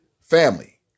Family